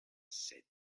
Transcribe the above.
sept